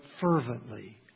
fervently